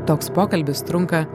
toks pokalbis trunka